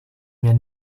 mir